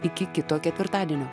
iki kito ketvirtadienio